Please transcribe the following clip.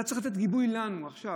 אתה צריך לתת גיבוי לנו עכשיו,